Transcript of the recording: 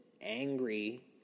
angry